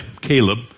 Caleb